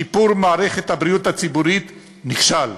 שיפור מערכת הבריאות הציבורית: נכשל.